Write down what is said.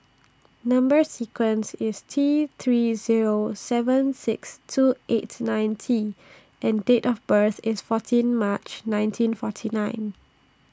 Number sequence IS T three Zero seven six two eight nine T and Date of birth IS fourteen March nineteen forty nine